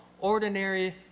ordinary